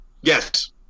Yes